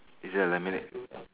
is there a lemonade